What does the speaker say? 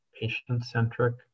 patient-centric